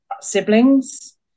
siblings